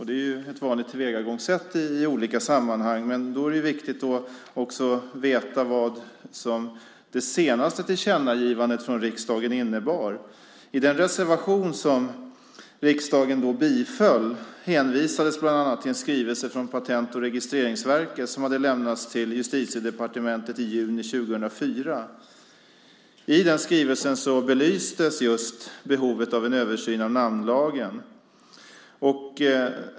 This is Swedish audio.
Det är ett vanligt tillvägagångssätt i olika sammanhang, men det är viktigt att veta vad det senaste tillkännagivandet från riksdagen innebar. I den reservation som riksdagen då biföll hänvisades till bland annat en skrivelse från Patent och registreringsverket som hade lämnats till Justitiedepartementet i juni 2004. I den skrivelsen belystes just behovet av en översyn av namnlagen.